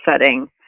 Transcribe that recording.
setting